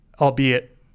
albeit